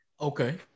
Okay